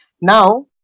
Now